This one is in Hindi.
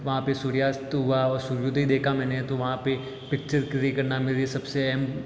वहाँ पे सूर्यास्त हुआ और सूर्योदय देखा मैंने तो वहाँ पे पिक्चर क्लिक करना मेरी सबसे अहम